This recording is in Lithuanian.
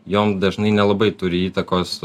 jom dažnai nelabai turi įtakos